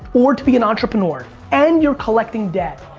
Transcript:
or to be an entrepreneur, and you're collecting debt,